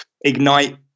ignite